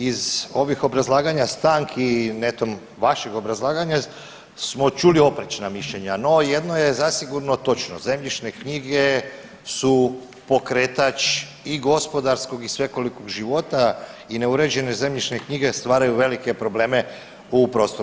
Iz ovih obrazlaganja stanki i netom vaših obrazlaganja smo čuli oprečna mišljenja, no jedno je zasigurno točno, zemljišne knjige su pokretač i gospodarskog i svekolikog života i neuređene zemljišne knjige stvaraju velike probleme u prostoru.